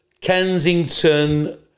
Kensington